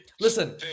Listen